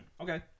Okay